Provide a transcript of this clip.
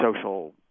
social